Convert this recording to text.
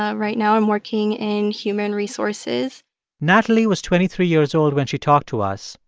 ah right now, i'm working in human resources natalie was twenty three years old when she talked to us,